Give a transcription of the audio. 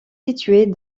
situées